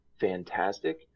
fantastic